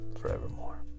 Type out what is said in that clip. forevermore